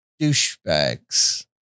douchebags